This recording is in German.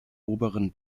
oberen